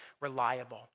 Reliable